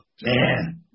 Man